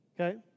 Okay